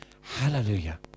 Hallelujah